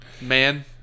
man